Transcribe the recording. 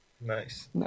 Nice